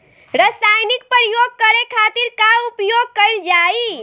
रसायनिक प्रयोग करे खातिर का उपयोग कईल जाइ?